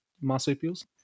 marsupials